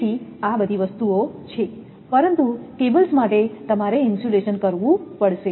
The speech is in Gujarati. તેથી આ વસ્તુ છે પરંતુ કેબલ્સ માટે તમારે ઇન્સ્યુલેશન કરવું પડશે